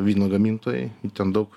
vyno gamintojai ten daug